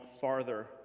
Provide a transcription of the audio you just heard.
farther